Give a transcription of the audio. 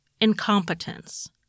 incompetence